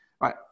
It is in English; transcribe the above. Right